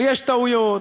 ויש טעויות,